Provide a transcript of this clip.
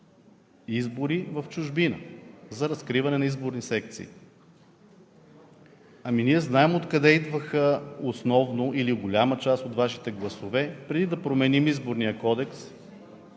избори в чужбина, за разкриване на изборни секции. Ние знаем откъде идваха основно или голяма част от Вашите гласове, преди да променим Изборния кодекс